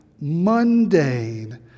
mundane